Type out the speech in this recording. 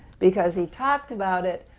because he talked about it,